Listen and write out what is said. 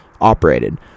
operated